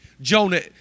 Jonah